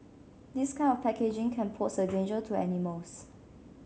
this kind of packaging can pose a danger to animals